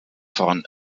von